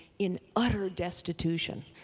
in utter destitution.